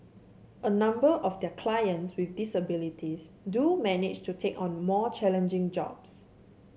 a number of their clients with disabilities do manage to take on more challenging jobs